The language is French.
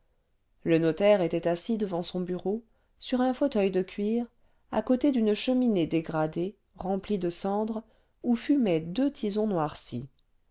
le notaire était assis devant son bureau sur un fauteuil de cuir à côté d'une cheminée dégradée remplie de cendre où fumaient deux tisons noircis